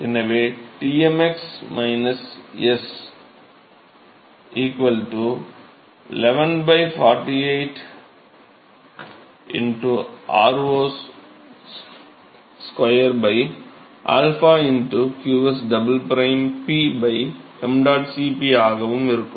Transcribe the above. எனவேTmx s 11 48 r0 2 𝝰 qs double prime P ṁ Cp ஆகவும் இருக்கும்